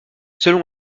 selon